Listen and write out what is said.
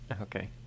okay